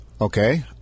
Okay